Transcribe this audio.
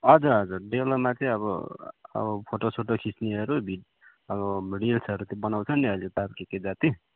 हजुर हजुर डेलोमा चाहिँ अब अब फोटो सोटो खिच्नेहरू भी अब रिल्सहरू बनाउँछ नि अहिले त अब केके जाति